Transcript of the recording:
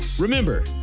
Remember